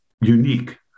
unique